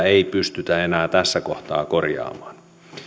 ei pystytä enää tässä kohtaa korjaamaan